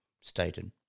stated